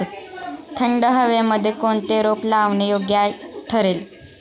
थंड हवेमध्ये कोणते रोप लावणे योग्य ठरेल?